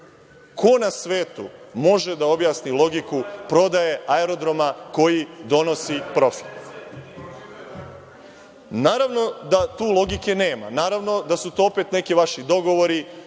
Ko na svetu može da objasni logiku prodaje aerodroma koji donosi profit? Naravno, da tu logike nema, naravno da su to opet neki vaši dogovori